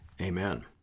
Amen